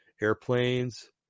airplanes